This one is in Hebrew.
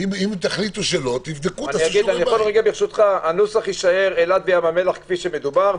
אם תחליטו שלא- - הנוסח יישאר אילת וים המלח כפי שמדובר,